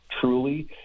truly